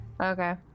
Okay